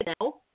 now